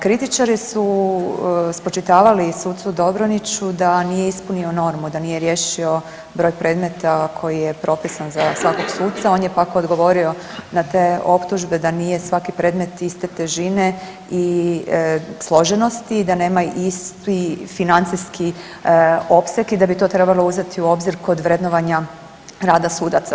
Kritičari su spočitavali sucu Dobroniću da nije ispunio normu, da nije riješio broj predmeta koji je propisan za svakog suca, on je pak odgovorio na te optužbe da nije svaki predmet iste težine i složenosti i da nema isti financijski opseg i da bi to trebalo uzeti u obzir kod vrednovanja rada sudaca.